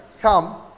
come